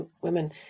women